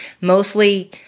mostly